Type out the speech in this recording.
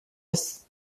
ist